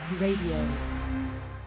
Radio